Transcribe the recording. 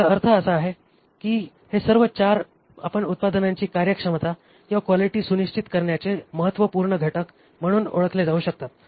याचा अर्थ असा आहे की हे सर्व 4 आपण उत्पादनांची कार्यक्षमता किंवा क्वालिटी सुनिश्चित करण्याचे महत्त्वपूर्ण घटक म्हणून ओळखले जाऊ शकतात